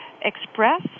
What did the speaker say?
express